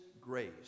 grace